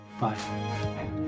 Bye